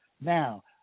Now